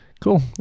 cool